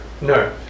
no